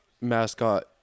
mascot